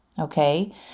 Okay